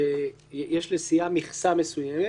שיש לסיעה מכסה מסוימת